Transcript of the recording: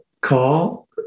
call